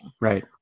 Right